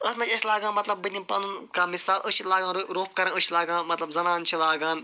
اَتھ منٛز چھِ أسۍ لاگان مطلب بہٕ نِم پنُن کانٛہہ مثال أسۍ چھِ لاگان روٚف کرُن أسۍ چھِ لاگان مطلب زنانہٕ چھِ لاگان